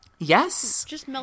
Yes